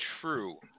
true